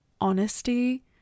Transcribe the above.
honesty